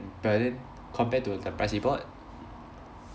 but then compared to the price he bought